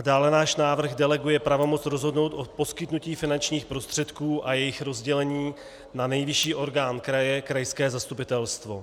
Dále náš návrh deleguje pravomoc rozhodnout o poskytnutí finančních prostředků a jejich rozdělení na nejvyšší orgán kraje, krajské zastupitelstvo.